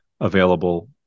available